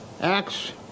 Acts